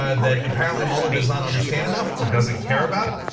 ah that apparently mueller does not understand enough or doesn't care about,